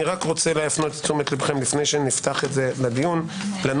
אני מפנה תשומת לבכם לפני דיון אני רוצה להפנות